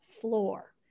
floor